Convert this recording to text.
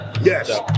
Yes